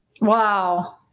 Wow